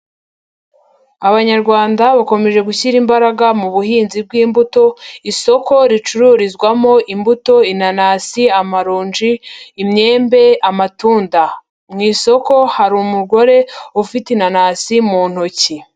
Abanyarwanda bakomeje gushyira imbaraga mu buhinzi bw'imbuto, isoko ricururizwamo imbuto inanasi, amaronji, imyembe, amatunda. Mu isoko hari umugore ufite inanasi mu ntoki.